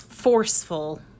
forceful